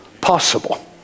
possible